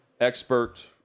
expert